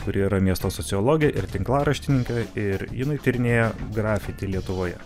kuri yra miesto sociologė ir tinklaraštininkė ir jinai tyrinėja grafiti lietuvoje